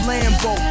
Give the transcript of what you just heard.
Lambo